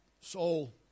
soul